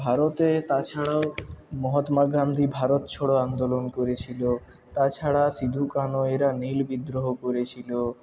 ভারতে তা ছাড়াও মহাত্মা গান্ধী ভারত ছাড়ো আন্দোলন করেছিল তা ছাড়া সিধু কানু এরা নীল বিদ্রোহ করেছিল